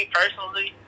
personally